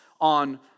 on